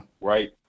right